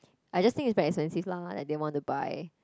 I just think it's very expensive lah and didn't want to buy